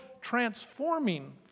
transforming